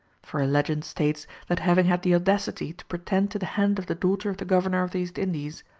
for a legend states that having had the audacity to pretend to the hand of the daughter of the governor of the east indies,